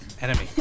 enemy